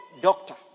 Doctor